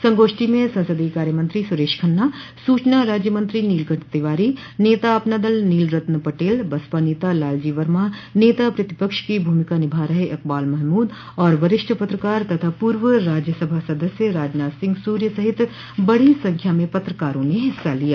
संगोष्ठी में संसदीय कार्यमंत्री सुरेश खन्ना सूचना राज्य मंत्री नीलकंठ तिवारी नेता अपना दल नीलरत्न पटेल बसपा नेता लालजी वर्मा नेता प्रतिपक्ष की भूमिका निभा रहे इकबाल महमूद और वरिष्ठ पत्रकार तथा पूर्व राज्यसभा सदस्य राजनाथ सिंह सूर्य सहित बड़ी संख्या में पत्रकारों ने हिस्सा लिया